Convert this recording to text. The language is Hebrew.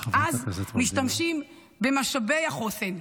אז משתמשים במשאבי החוסן.